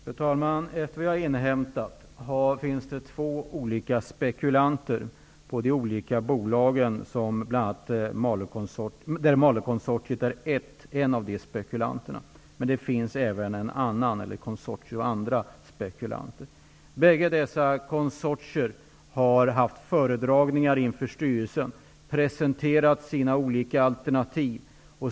Fru talman! Jag har inhämtat information om att det finns två spekulanter på de olika bolagen. Malåkonsortiet är en av de spekulanterna. Det finns även ett annat konsortium som är spekulant. Representanter från bägge dessa konsortier har haft föredragningar inför styrelsen och har presenterat sina olika alternativ.